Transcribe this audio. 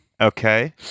Okay